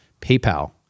PayPal